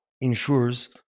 ensures